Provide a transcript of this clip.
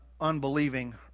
unbelieving